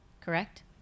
correct